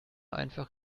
einfach